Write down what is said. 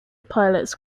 pilots